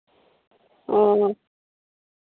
ᱚᱻ